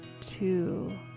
two